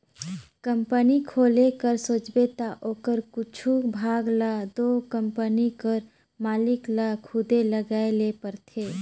company खोले कर सोचबे ता ओकर कुछु भाग ल दो कंपनी कर मालिक ल खुदे लगाए ले परथे